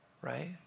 right